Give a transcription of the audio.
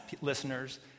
listeners